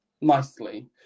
nicely